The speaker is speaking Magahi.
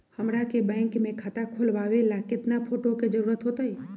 हमरा के बैंक में खाता खोलबाबे ला केतना फोटो के जरूरत होतई?